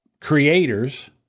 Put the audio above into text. creators